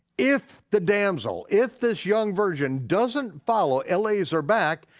if the damsel, if this young virgin doesn't follow eliezer back,